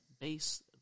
base